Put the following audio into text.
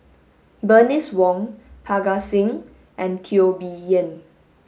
Bernice Wong Parga Singh and Teo Bee Yen